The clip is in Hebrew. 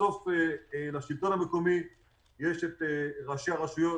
בסוף לשלטון המקומי יש את ראשי הרשויות,